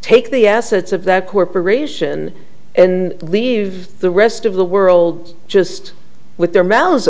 take the assets of the corporation in leave the rest of the world just with their m